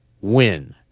win